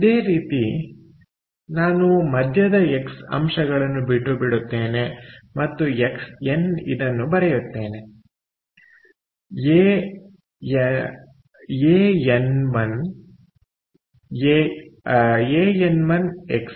ಅದೇ ರೀತಿ ನಾನು ಮಧ್ಯದ ಎಕ್ಸ್ ಅಂಶಗಳನ್ನು ಬಿಟ್ಟುಬಿಡುತ್ತೇನೆ ಮತ್ತು ಎಕ್ಸ್ಎನ್ ಇದನ್ನು ಬರೆಯುತ್ತೇನೆ an1 X1 an2 X2